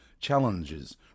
challenges